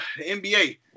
NBA